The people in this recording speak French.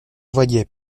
voyait